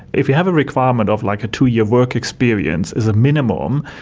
if you have a requirement of like a two-year work experience as a minimum,